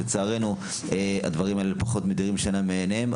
ולצערנו הדברים האלה פחות מדירים שינה מעיניהם,